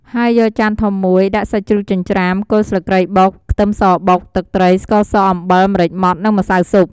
ហើយ យកចានធំមួយ ដាក់សាច់ជ្រូកចិញ្ច្រាំ គល់ស្លឹកគ្រៃបុក ខ្ទឹមសបុក ទឹកត្រី ស្ករស អំបិល ម្រេចម៉ដ្ឋ និងម្សៅស៊ុប។